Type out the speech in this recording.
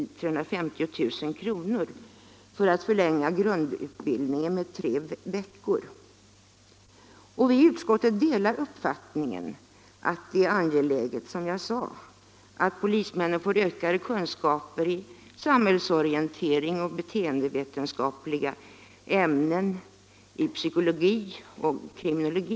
och 350 000 kr. för att förlänga grundutbildningen med tre veckor. Vi i utskottet delar, som jag sade, uppfattningen att det är angeläget att polismännen får ökade kunskaper i samhällsorientering och i beteendevetenskapliga ämnen, i psykologi och i kriminologi.